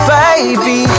baby